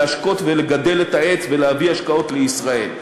להשקות ולגדל את העץ ולהביא השקעות לישראל.